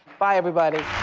bye, everybody.